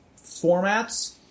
formats